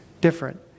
different